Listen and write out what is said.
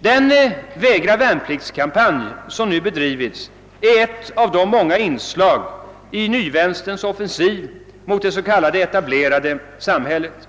Den »vägravärnpliktskampanj» som nu bedrivits är ett av de många inslagen i nyvänsterns offensiv mot det s.k. etablerade samhället.